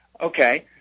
Okay